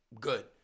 good